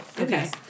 Okay